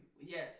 yes